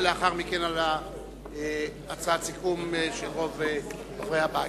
ולאחר מכן על הצעת הסיכום של רוב חברי הבית.